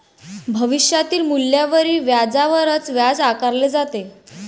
भविष्यातील मूल्यावरील व्याजावरच व्याज आकारले जाते